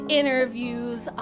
interviews